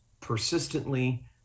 persistently